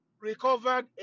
recovered